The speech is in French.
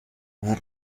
vous